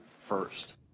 first